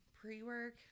pre-work